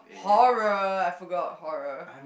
horror I forgot horror